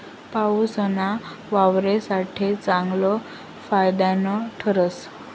पाऊसना वावर साठे चांगलं फायदानं ठरस